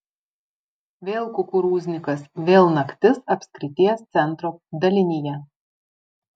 vėl kukurūznikas vėl naktis apskrities centro dalinyje